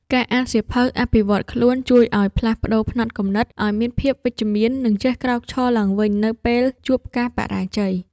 ការអានសៀវភៅអភិវឌ្ឍខ្លួនជួយផ្លាស់ប្តូរផ្នត់គំនិត ឱ្យមានភាពវិជ្ជមាន និងចេះក្រោកឈរឡើងវិញនៅពេលជួបការបរាជ័យ។